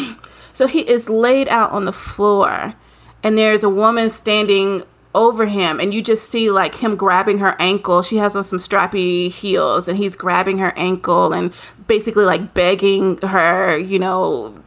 so he is laid out on the floor and there is a woman standing over him and you just see, like him grabbing her ankle. she has um some strappy heels and he's grabbing her ankle and basically like begging her, you know,